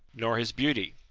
nor his beauty.